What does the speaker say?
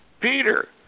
Peter